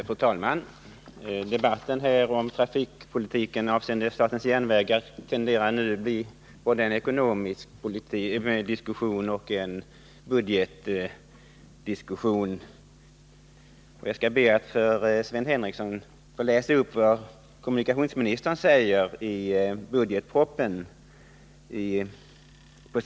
Fru talman! Debatten om trafikpolitiken här avseende statens järnvägar tenderar nu att bli både en ekonomisk diskussion och en budgetdiskussion. Jag skall be att för Sven Henricsson få läsa upp vad kommunikationsministern säger i budgetpropositionen, bil.